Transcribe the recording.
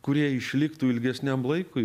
kurie išliktų ilgesniam laikui